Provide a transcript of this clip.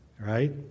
right